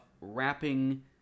wrapping